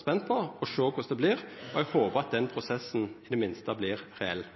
spent på å sjå korleis vert, og eg håpar at den